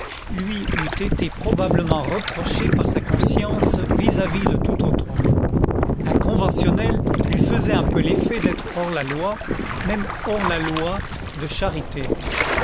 lui eût été probablement reprochée par sa conscience vis-à-vis de tout autre homme un conventionnel lui faisait un peu l'effet d'être hors la loi même hors la loi de charité